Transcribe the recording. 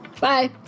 Bye